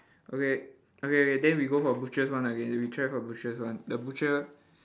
okay okay then we go for butcher's one again we try for butcher's one the butcher